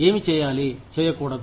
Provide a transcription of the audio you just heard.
ఏమి చేయాలి చేయకూడదు